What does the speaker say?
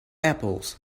apples